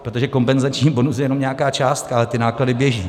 Protože kompenzační bonus je jenom nějaká částka, ale ty náklady běží.